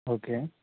okay